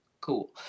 cool